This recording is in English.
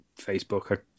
Facebook